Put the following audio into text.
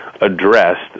addressed